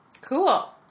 Cool